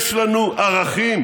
יש לנו ערכים,